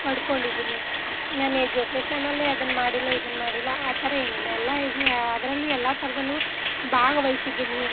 ಪಡ್ಕೊಂಡಿದ್ದೀನಿ ನಾನು ಎಜುಕೇಷನಲ್ಲಿ ಅದನ್ನ ಮಾಡಿಲ್ಲ ಇದನ್ನ ಮಾಡಿಲ್ಲ ಆ ತರ ಏನಿಲ್ಲ ಎಲ್ಲ ಇದು ಅದರಲ್ಲೂ ಎಲ್ಲ ಥರದಲ್ಲೂ ಭಾಗವಹಿಸಿದ್ದೀನಿ